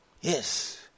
Yes